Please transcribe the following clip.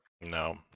No